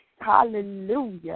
Hallelujah